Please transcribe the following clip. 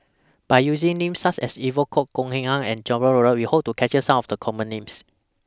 By using Names such as Evon Kow Goh Eng Han and Jacob Ballas We Hope to capture Some of The Common Names